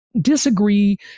disagree